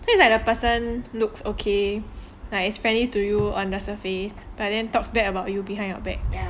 so it's like the person looks okay is friendly to you on the surface but then talks bad about you behind your back